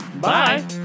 Bye